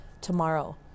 tomorrow